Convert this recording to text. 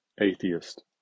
atheist